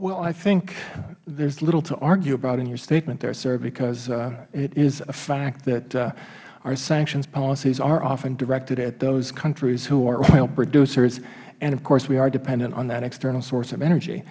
well i think there is little to argue about in your statement there sir because it is a fact that our sanctions policies are often directed at those countries who are oil producers and of course we are dependent on that external source of